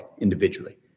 individually